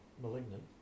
malignant